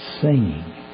singing